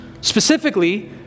specifically